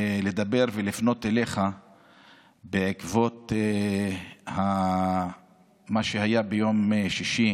לדבר ולפנות אליך בעקבות מה שהיה ביום שישי